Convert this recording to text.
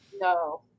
No